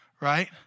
right